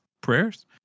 Prayers